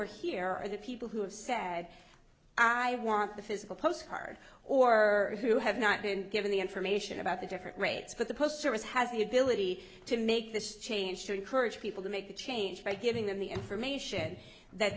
are here are the people who have said i want the physical postcard or who have not been given the information about the different rates but the post service has the ability to make this change to encourage people to make a change by giving them the information that